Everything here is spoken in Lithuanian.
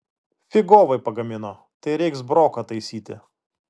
figovai pagamino tai reiks broką taisyti